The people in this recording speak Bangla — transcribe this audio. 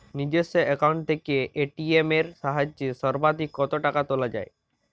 নিজস্ব অ্যাকাউন্ট থেকে এ.টি.এম এর সাহায্যে সর্বাধিক কতো টাকা তোলা যায়?